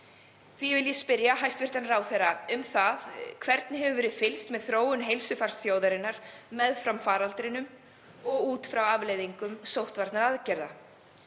Því vil ég spyrja hæstv. ráðherra: Hvernig hefur verið fylgst með þróun heilsufars þjóðarinnar meðfram faraldrinum og út frá afleiðingum sóttvarnaaðgerða?